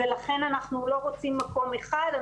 ולכן אנחנו לא רוצים מקום אחד.